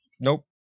Nope